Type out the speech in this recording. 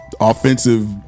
offensive